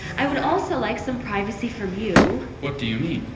i would also like some privacy from you what do you mean?